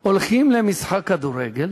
הולכים למשחק כדורגל